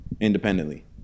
Independently